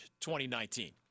2019